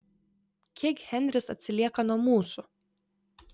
kiek henris atsilieka nuo mūsų